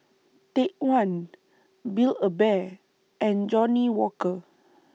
Take one Build A Bear and Johnnie Walker